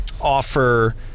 offer